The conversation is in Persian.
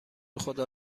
خدا